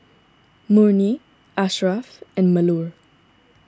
Murni Asharaff and Melur